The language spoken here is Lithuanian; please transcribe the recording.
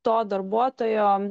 to darbuotojo